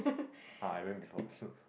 uh I went before